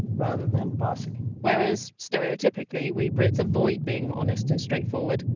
rather than bossy whereas, stereotypically, we brits avoid being honest and straightforward.